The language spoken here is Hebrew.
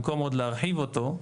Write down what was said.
במקום עוד להרחיב אותו,